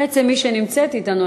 בעצם מי שנמצאת אתנו,